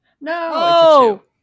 No